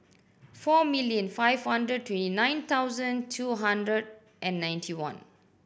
four million five hundred twenty nine thousand two hundred and ninety one